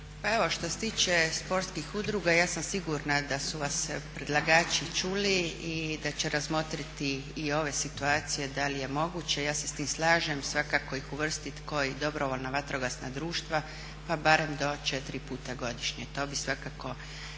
što se tiče sportskih udruga ja sam sigurna da su vas predlagači čuli i da će razmotriti i ove situacije da li je moguće. Ja se s tim slažem, svakako ih uvrstit kao i dobrovoljna vatrogasna društva pa barem do četiri puta godišnje. To bi svakako